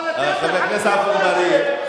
אבל אתם חילקתם נשק.